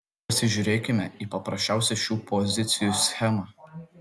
pasižiūrėkime į paprasčiausią šių pozicijų schemą